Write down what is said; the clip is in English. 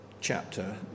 chapter